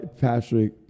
Patrick